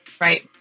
Right